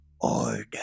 order